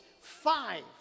five